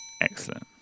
Excellent